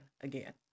again